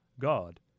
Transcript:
God